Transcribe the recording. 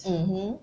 mmhmm